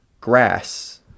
grass